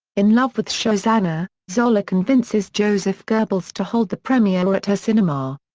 in love with shosanna, zoller convinces joseph goebbels to hold the premiere at her cinema.